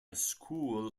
school